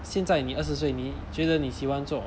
现在你二十岁你觉得你喜欢做